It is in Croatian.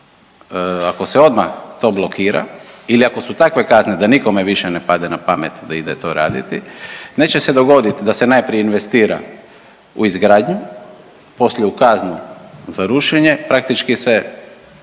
Ako se odmah to blokira ili ako su takve kazne da nikome više ne padne na pamet da ide to raditi, neće se dogoditi da se najprije investira u izgradnju, poslije u kaznu za rušenje, praktički se